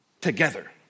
together